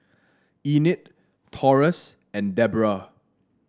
Enid Taurus and Debera